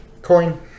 Coin